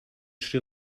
шри